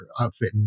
outfit